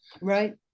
Right